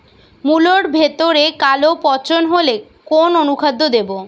মুলোর ভেতরে কালো পচন হলে কোন অনুখাদ্য দেবো?